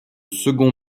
second